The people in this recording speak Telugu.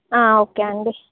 ఓకే అండి